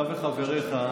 אתה וחבריך,